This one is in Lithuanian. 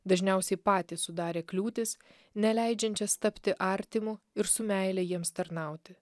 dažniausiai patys sudarė kliūtis neleidžiančias tapti artimu ir su meile jiems tarnauti